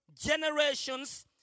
generations